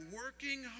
working